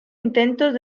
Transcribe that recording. intentos